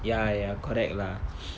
ya ya correct lah